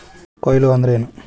ಕೊಯ್ಲು ಅಂದ್ರ ಏನ್?